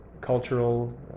cultural